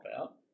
out